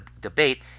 debate